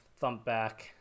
Thumpback